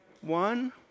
one